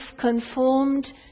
conformed